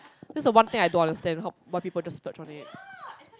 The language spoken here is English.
that's the one thing I don't understand how why people just splurge on it